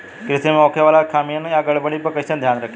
कृषि में होखे वाला खामियन या गड़बड़ी पर कइसे ध्यान रखि?